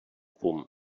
fum